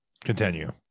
Continue